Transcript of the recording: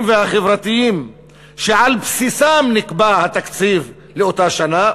והחברתיים שעל בסיסם נקבע התקציב לאותה שנה,